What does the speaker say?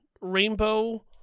rainbow